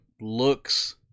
looks